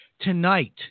tonight